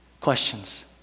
Questions